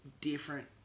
different